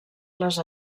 les